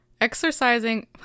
Exercising